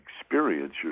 experience